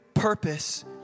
purpose